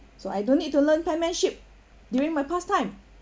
so I don't need to learn penmanship during my pastime